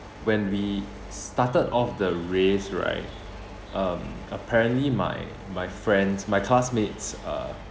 when we started off the race right um apparently my my friends my classmates uh